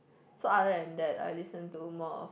so other than that I listen two more of